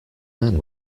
man